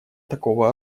такого